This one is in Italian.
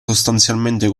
sostanzialmente